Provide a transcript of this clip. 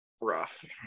rough